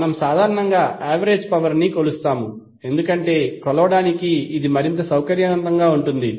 మనము సాధారణంగా average power ని కొలుస్తాము ఎందుకంటే కొలవడానికి ఇది మరింత సౌకర్యవంతంగా ఉంటుంది